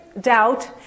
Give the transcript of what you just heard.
doubt